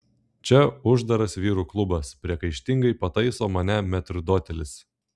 čia uždaras vyrų klubas priekaištingai pataiso mane metrdotelis